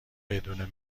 بدون